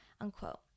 unquote